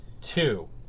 two